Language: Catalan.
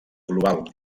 global